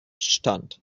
stand